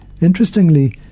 Interestingly